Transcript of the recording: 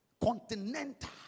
continental